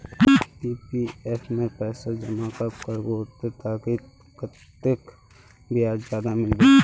PPF में पैसा जमा कब करबो ते ताकि कतेक ब्याज ज्यादा मिलबे?